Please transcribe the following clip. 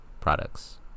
products